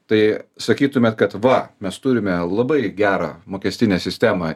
tai sakytumėt kad va mes turime labai gerą mokestinę sistemą